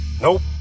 Nope